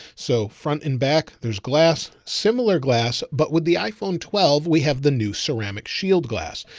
so front and back there's glass, similar glass. but with the iphone twelve, we have the new ceramic shield glass,